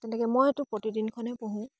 তেনেকৈ মই এইটো প্ৰতিদিনখনেই পঢ়োঁ